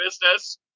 business